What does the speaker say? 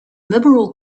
liberal